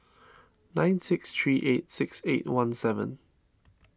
nine six three eight six eight one seven